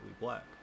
black